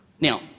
Now